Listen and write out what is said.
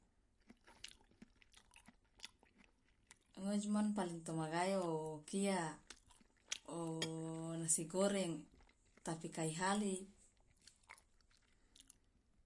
ngoji man paling tomagae okia o nasi goreng tapi kai hali.